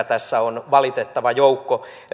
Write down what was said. tässä se valitettava joukko